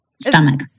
stomach